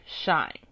shine